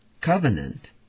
Covenant